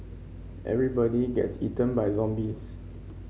everybody gets eaten by zombies